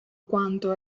quanto